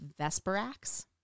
Vesperax